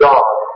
God